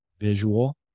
visual